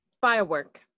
firework